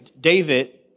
David